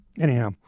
Anyhow